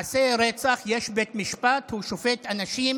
למעשי רצח יש בית משפט, הוא שופט אנשים